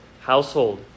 household